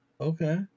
Okay